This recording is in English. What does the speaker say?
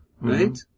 right